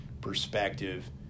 perspective